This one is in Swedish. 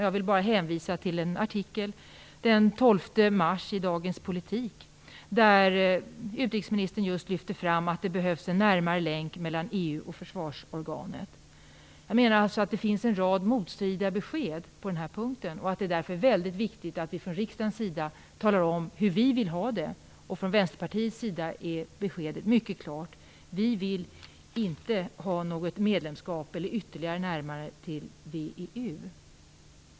Jag vill hänvisa till en artikel den 12 mars i Dagens Politik, där utrikesministern just lyfter fram att det behövs en närmare länk mellan EU och försvarsorganet. Jag menar att det finns en rad motstridiga besked på den här punkten och att det därför är väldigt viktigt att vi från riksdagens sida talar om hur vi vill ha det. Från Vänsterpartiets sida är beskedet mycket klart: Vi vill inte ha något medlemskap, eller något ytterligare närmande, till VEU.